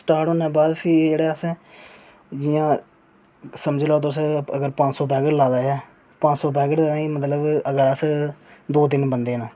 start होने दे बाद फ्ही असें जेह्ड़ा जि'यां समझी लैओ तुस जि'यां पंज सौ पैकेट लाए दा ऐ पंज सौ पैकेट लेई अगर अस दौं तिन बंदे न